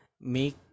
make